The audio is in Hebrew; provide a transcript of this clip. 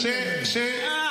--- זה לא הצעת חוק פרטית.